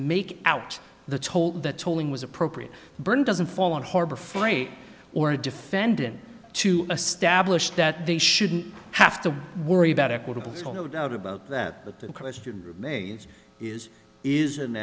make out the toll that tolling was appropriate burn doesn't fall on harbor freight or a defendant to establish that they shouldn't have to worry about equitable so no doubt about that but the question remains is is an